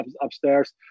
upstairs